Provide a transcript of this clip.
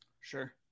sure